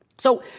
so,